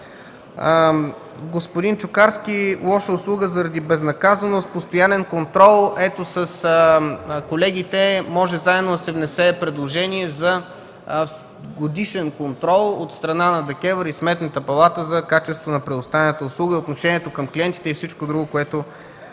Господин Чукарски – лоша услуга за безнаказаност, постоянен контрол. С колегите може заедно да се внесе предложение за годишен контрол от страна на ДКЕВР и Сметната палата за качеството на предоставената услуга, отношението към клиентите и всичко друго, което